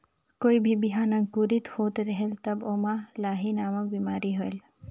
कोई भी बिहान अंकुरित होत रेहेल तब ओमा लाही नामक बिमारी होयल?